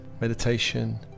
meditation